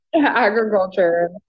agriculture